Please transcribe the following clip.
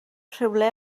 rhywle